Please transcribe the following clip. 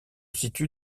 situe